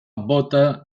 bóta